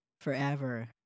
forever